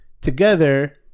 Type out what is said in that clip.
together